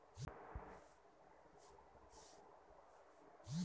Debit कार्डानं मले किती खर्च करता येते?